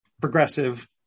progressive